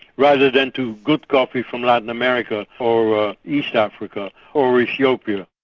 rather than to good coffee from latin america or east africa, or ethiopia.